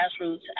grassroots